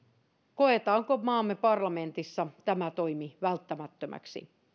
koetaanko maamme parlamentissa tämä toimi välttämättömäksi